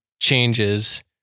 changes